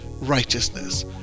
righteousness